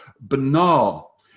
banal